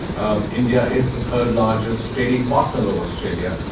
ah india is the third-largest trading partner of australia.